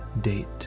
date